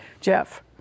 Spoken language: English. Jeff